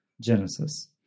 Genesis